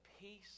peace